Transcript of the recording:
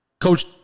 Coach